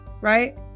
right